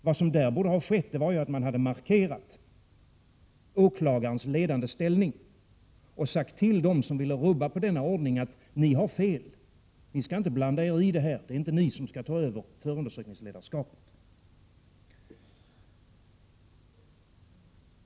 Man borde ha markerat åklagarens ledande ställning och sagt till dem som ville rubba denna ordning: Ni har fel— ni skall inte blanda er i det här. Det är inte ni som skall ta över förundersökningsledarskapet.